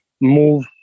move